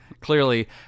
clearly